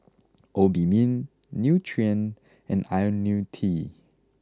Obimin Nutren and Ionil T